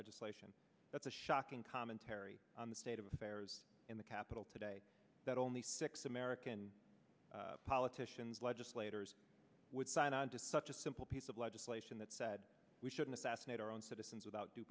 legislation that's a shocking commentary on the state of affairs in the capital today that only six american politicians legislators would sign on to such a simple piece of legislation that said we shouldn't fascinate our own citizens without due